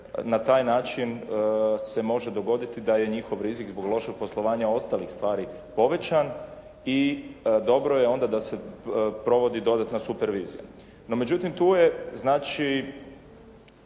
na taj način se može dogoditi da je njihov rizik zbog lošeg poslovanja zbog loših stvari povećan i dobro je onda da se provodi dodatna supervizija.